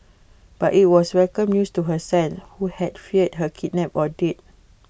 but IT was welcome news to her son who had feared her kidnapped or dead